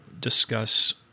discuss